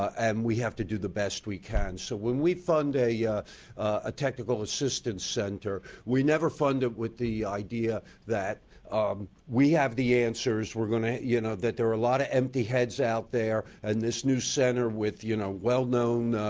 and we have to do the best we can. so when we fund a yeah a technical assistance center, we never fund it with the idea that um we have the answers. you know that there are a lot of empty heads out there and this new center with you know well-known